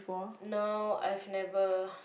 no I've never